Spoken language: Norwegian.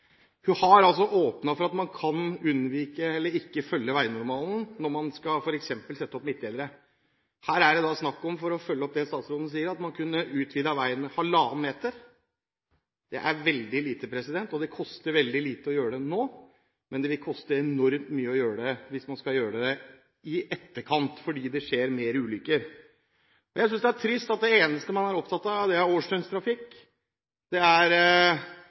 Hun har åpnet for at man kan unnvike eller ikke følge veinormalen, når man f.eks. skal sette opp midtdelere. Her er det snakk om, for å følge opp det statsråden sier, at man kunne utvidet veien med halvannen meter. Det er veldig lite. Det koster veldig lite å gjøre det nå, men det vil koste enormt mye å gjøre det hvis man skal gjøre det i etterkant, fordi det skjer flere ulykker. Jeg synes det er trist at det eneste man er opptatt av, er årsdøgntrafikk og at det er stor forskjell på europaveiene. Jeg synes det